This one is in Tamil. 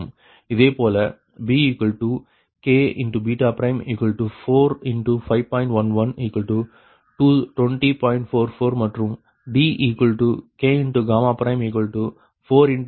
இதேபோல bk4×5